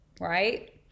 right